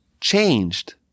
changed